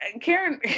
Karen